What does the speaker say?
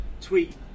tweet